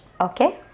Okay